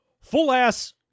full-ass